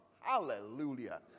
Hallelujah